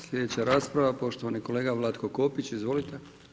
Sljedeća rasprava poštovani kolega Vlatko Kopić, izvolite.